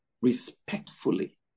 respectfully